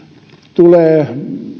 tulee